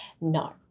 No